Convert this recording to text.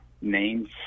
names